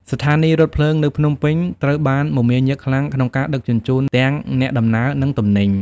ស្ថានីយរថភ្លើងនៅភ្នំពេញត្រូវបានមមាញឹកខ្លាំងក្នុងការដឹកជញ្ជូនទាំងអ្នកដំណើរ និងទំនិញ។